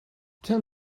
tell